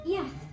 Yes